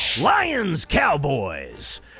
Lions-Cowboys